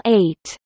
eight